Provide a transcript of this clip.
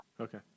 Okay